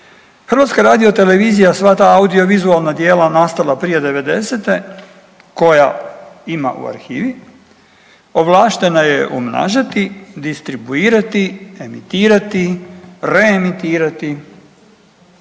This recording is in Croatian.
prava pripala HRT-u, HRT sva ta audiovizualna djela nastala prije '90. koja ima u arhivi, ovlaštena je umnažati, distribuirati, emitirati, reemitirati,